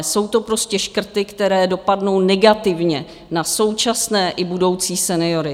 Jsou to prostě škrty, které dopadnou negativně na současné i budoucí seniory.